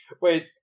wait